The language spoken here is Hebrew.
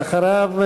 ואחריו,